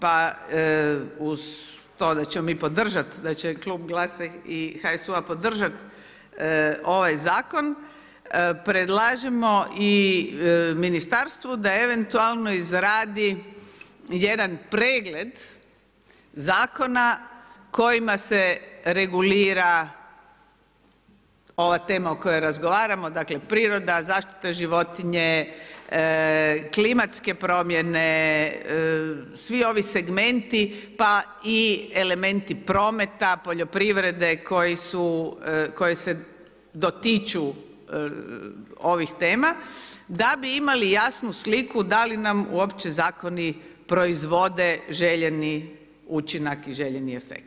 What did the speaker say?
Pa uz to da ćemo mi podržati, da će klub GLAS-a i HSU-a podržati ovaj zakon, predlažemo i ministarstvu da eventualno izradi jedan pregled zakona kojima se regulira ova tema o kojoj razgovaramo dakle priroda, zaštita životinja, klimatske promjene, svi ovi segmenti pa i elementi prometa, poljoprivrede koji se dotiču ovih tema, da bi imali jasnu sliku da li na uopće zakoni proizvode željeni učinak i željeni efekt.